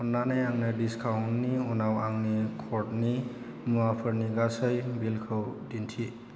अन्नानै आंनो डिसकाउन्टनि उनाव आंनि कर्टनि मुवाफोरनि गासै बिलखौ दिन्थि